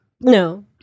No